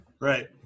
Right